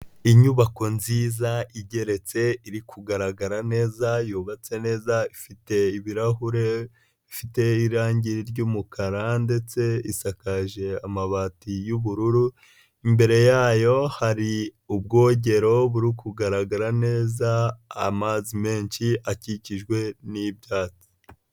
Inyubako nziza igeretse iri kugaragara neza yubatse neza, ifite ibirahure, ifite irangi ry'umukara ndetse isakaje amabati y'ubururu, imbere yayo hari ubwogero buri kugaragara neza, amazi menshi akikijwe n'ibyatsi.